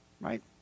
right